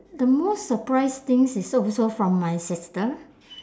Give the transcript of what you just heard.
the most surprise things is also from my sister